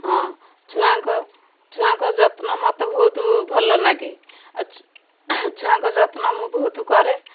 ହଁ ଛୁଆଙ୍କ ଛୁଆଙ୍କ ଯତ୍ନ ମତେ ଭଉତୁ ଭଲ ନାଗେ ଆଉ ଛୁ ଛୁଆଙ୍କ ଯତ୍ନ ମୁଁ ବହୁତ କରେ